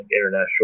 international